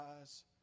eyes